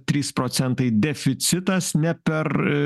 trys procentai deficitas ne per